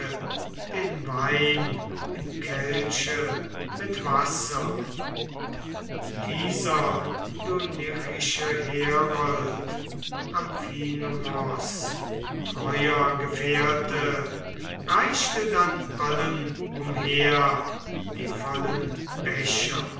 den wein im kelche mit wasser dieser dulichische herold amphinomos treuer gefährte reichte dann allen umher die vollen becher